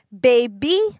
baby